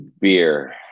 Beer